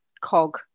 cog